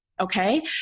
Okay